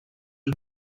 yüz